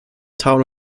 town